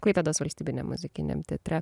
klaipėdos valstybiniam muzikiniam teatre